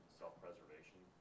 self-preservation